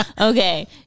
okay